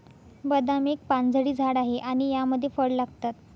बदाम एक पानझडी झाड आहे आणि यामध्ये फळ लागतात